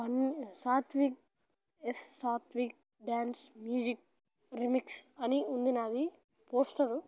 Satvik S Satvik dance music remix అని ఉంది నాది పోస్టర్